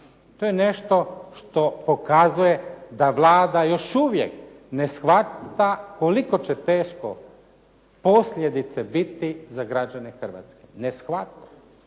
To je nešto što pokazuje da Vlada još uvijek ne shvaća koliko će teške posljedice biti za građane Hrvatske. Ne shvaća